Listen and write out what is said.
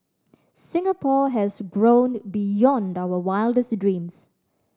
Singapore has grown beyond our wildest dreams